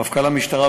מפכ"ל המשטרה,